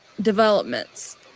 developments